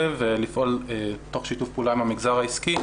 ולפעול תוך שיתוף פעולה עם המגזר העסקי,